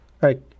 right